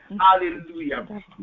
Hallelujah